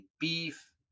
beef